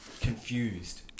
confused